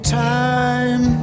time